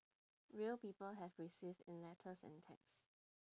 real people have received in letters and texts